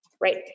right